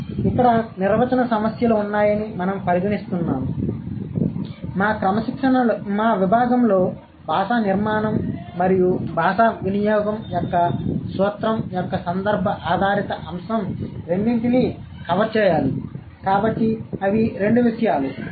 కాబట్టి ఇక్కడ నిర్వచన సమస్యలు ఉన్నాయని మనం పరిగణిస్తున్నాము మా విభాగం లో భాషా నిర్మాణం మరియు భాషా వినియోగం యొక్క సూత్రం యొక్క సందర్భ ఆధారిత అంశం రెండింటినీ కవర్ చేయాలి కాబట్టి రెండు విషయాలు